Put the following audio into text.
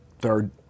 third